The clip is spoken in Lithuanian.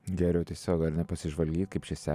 geriau tiesiog ar ne pasižvalgyt kaip čia se